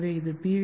எனவே இது பி